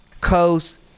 Coast